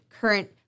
current